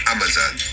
Amazon